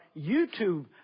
YouTube